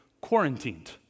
quarantined